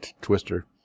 twister